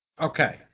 Okay